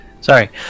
sorry